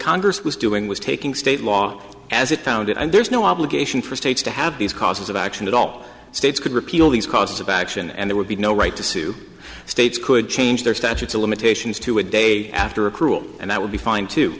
congress was doing was taking state law as it found it and there's no obligation for states to have these causes action that all states could repeal these costs about action and they would be no right to sue states could change their statutes of limitations to a day after a cruel and that would be fine to